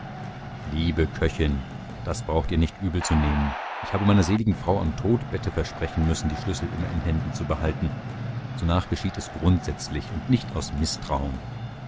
liebe köchin das braucht ihr nicht übelzunehmen ich habe meiner seligen frau am todbette versprechen müssen die schlüssel immer in händen zu behalten sonach geschieht es grundsätzlich und nicht aus mißtrauen